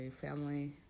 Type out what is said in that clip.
family